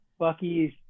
Bucky's